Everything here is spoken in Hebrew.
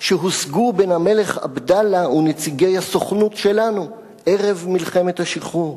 שהושגו בין המלך עבדאללה לנציגי הסוכנות שלנו ערב מלחמת השחרור.